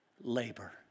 labor